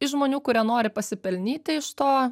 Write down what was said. iš žmonių kurie nori pasipelnyti iš to